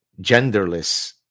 genderless